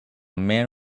man